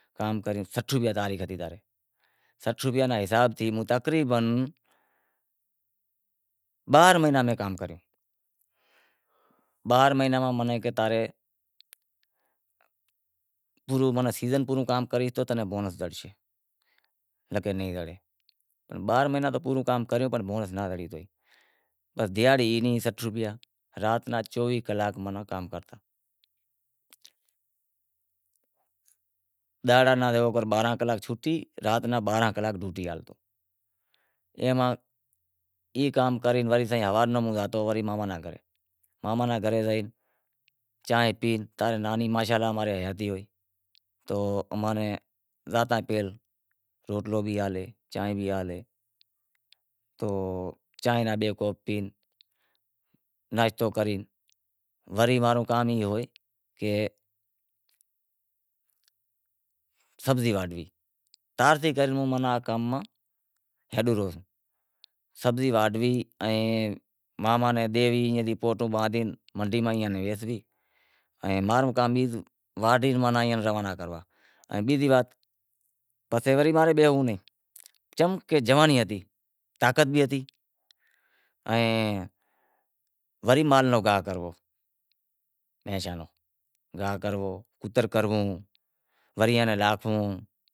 کام کریوں سٹھ روپیا دہاڑی زڑی، سٹھ روپیا رے حساب تھی موں تقریبن باراں مہیناں میں کام کریو، باراں مہیناں میں میں کہے تا رے پورو سیزن کام کریس تو تاں نیں بونس زڑشے، ناں تے نیں زڑے، باراں مہینڑا پورو کام کریو پنڑ بونس ناں زڑیو پنڑ دہاڑی ای سٹھ روپیا، رات را ماناں چوویہہ کلاک کام کرتا دہاڑا راں جیوو کر باراں کلاک چھوٹی رات ناں باراں کلاک ڈوٹی ہالتی، اے ماں ای کام کرے سائیں ہوارے روں ہوں زاتو ماناں گھرے، ماماں رے گھرے زائے ماناں چانہیں پی، تنے نانی ماں ری ماشا الا حیاتی ہوئی تو اماں نیں زاتا روٹلو بھی ہالے، چانہیں بھی ہالے تو چانہیں بھی بئے کوپ پی ناشتو کری وری ماں رو کام ای ہوئے کہ سبزی واڈھنڑی، سبزی واڈھوی ائیں ماماں نیں ڈیوی ائیں تھی منڈی ماہویں ویسوی ماں رو کام واڈھوی ایئاں ناں روانا کرواں ائیں بیزی وات پسے وری امیں بیہوں نیں، چم کہ جوانی ہتی، طاقت بھی ہتی ائیں وری مال روں گاہ کرووں گاھ کرووں، کتر کرووں وری ایئاں نیں ناکھووں